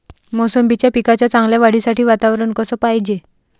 मोसंबीच्या पिकाच्या चांगल्या वाढीसाठी वातावरन कस पायजे?